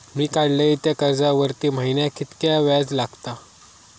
मी काडलय त्या कर्जावरती महिन्याक कीतक्या व्याज लागला?